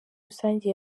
rusange